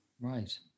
Right